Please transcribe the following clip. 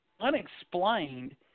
unexplained